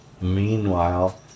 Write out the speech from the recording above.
Meanwhile